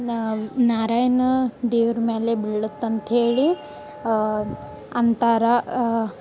ನಾರಾಯಣ ದೇವ್ರ ಮ್ಯಾಲೆ ಬೀಳತ್ತಂತ ಹೇಳಿ ಅಂತಾರ